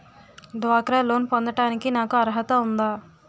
డ్వాక్రా లోన్ పొందటానికి నాకు అర్హత ఉందా?